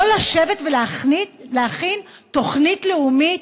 לא לשבת ולהכין תוכנית לאומית